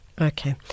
Okay